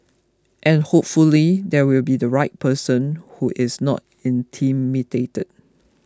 and hopefully there will be the right person who is not intimidated